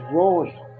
royal